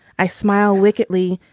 i smile wickedly,